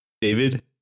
David